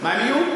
מה הן יהיו?